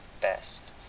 best